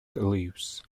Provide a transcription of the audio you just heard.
leaves